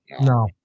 No